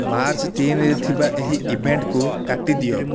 March ତିନିରେ ଥିବା ଏହି ଇଭେଣ୍ଟକୁ କାଟି ଦିଅ